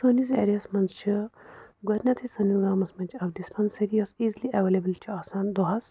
سٲنِس ایریاہَس منٛز چھِ گۄڈنؠتھٕے سٲنِس گامَس منٛز چھِ اکھ ڈِسپینٛسٔرِی یۅس اِیٖزِلی ایٚولیبُل چھِ آسان دۄہَس